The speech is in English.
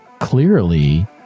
clearly